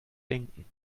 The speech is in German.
denken